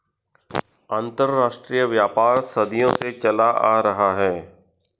अंतरराष्ट्रीय व्यापार सदियों से चला आ रहा है